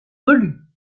velues